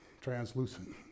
translucent